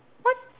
what